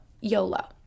YOLO